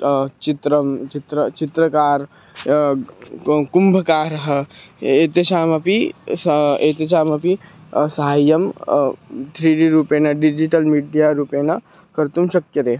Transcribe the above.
च चित्रं चित्रं चित्रकारः कुम्भकारः एतेषामपि एतेषामपि सहायं थ्री डी रूपेण डिजिटल् मीडिया रूपेण कर्तुं शक्यते